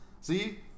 See